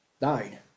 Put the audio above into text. died